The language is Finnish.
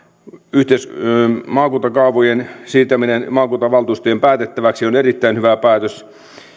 maakuntakaavojen siirtäminen maakuntavaltuustojen päätettäväksi on erittäin hyvä päätös